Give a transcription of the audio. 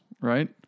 right